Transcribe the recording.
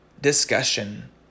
discussion